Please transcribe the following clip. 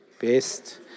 best